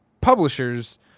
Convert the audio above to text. publishers